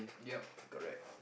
yup correct